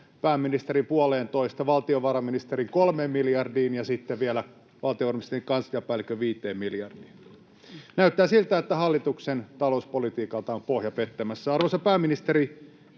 pääministerin puoleentoista ja valtiovarainministerin kolmeen miljardiin ja sitten vielä valtioneuvoston kansliapäällikön viiteen miljardiin. Näyttää siltä, että hallituksen talouspolitiikalta on pohja pettämässä. [Puhemies